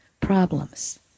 problems